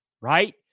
right